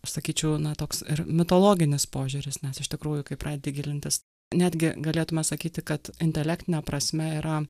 sakyčiau na toks ir mitologinis požiūris nes iš tikrųjų kai pradedi gilintis netgi galėtume sakyti kad intelektine prasme yra